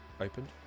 opened